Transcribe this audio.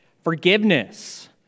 Forgiveness